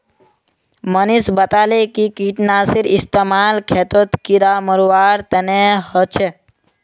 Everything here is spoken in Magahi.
मनीष बताले कि कीटनाशीर इस्तेमाल खेतत कीड़ा मारवार तने ह छे